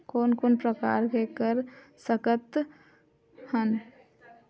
कोन कोन प्रकार के कर सकथ हन?